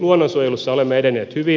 luonnonsuojelussa olemme edenneet hyvin